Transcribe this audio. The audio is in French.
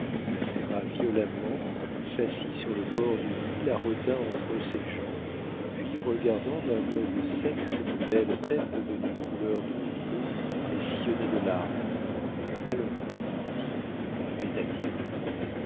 la serra violemment s'assit sur le bord du lit la retint entre ses jambes puis regardant d'un œil sec cette belle tête devenue couleur de feu mais sillonnée de larmes allons dis